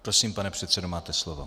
Prosím, pane předsedo, máte slovo.